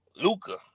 Luca